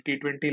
T20